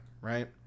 right